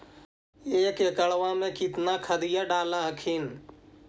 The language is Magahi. एक एकड़बा मे कितना खदिया डाल हखिन?